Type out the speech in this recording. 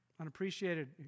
Unappreciated